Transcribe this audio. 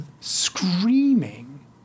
screaming